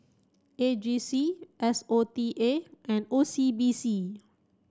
A G C S O T A and O C B C